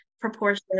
proportion